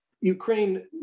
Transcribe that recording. Ukraine